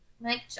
Mike